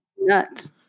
nuts